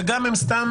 וגם הם סתם